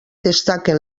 destaquen